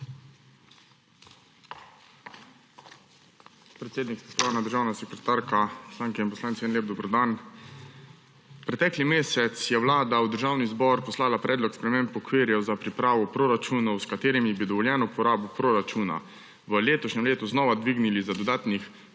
Predsednik, spoštovana državna sekretarka, poslanke in poslanci, lep dober dan! Pretekli mesec je Vlada v Državni zbor poslala predlog sprememb okvirjev za pripravo proračunov, s katerimi bi dovoljeno porabo proračuna v letošnjem letu znova dvignili za dodatnih